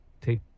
take